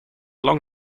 long